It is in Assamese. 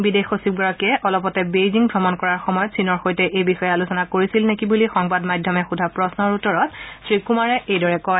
বিদেশ সচিবগৰাকীয়ে অলপতে বেইজিং ভ্ৰমণ কৰাৰ সময়ত চীনৰ সৈতে এই বিষয়ে আলোচনা কৰিছিল নেকি বুলি সংবাদ মাধ্যমে সোধা প্ৰশ্নৰ উত্তৰত শ্ৰী কুমাৰে এইদৰে কয়